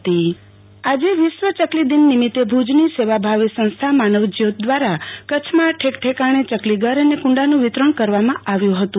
આરતી ભટ વિશ્વ ચકલી દિવસ આજે વિશ્વ ચકલી દિન નિમિત્તે ભુજની સેવાભાવી સંસ્થા માનવજ્યોત દ્વારા કચ્છમાં ઠેક ઠેકાણે ચકલીઘર અને કુંડાનું વીતરણ કરવામાં આવ્યું ફતું